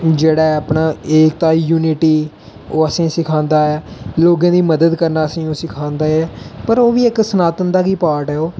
जेहड़ा ऐ अपना एकता यूनिटी ओह् असेंगी सिखांदा ऐ लोगें दी मदद करना असेंगी सिखांदा ऐ पर ओह् बी इक सनातन दा गै पार्ट ऐ ओह्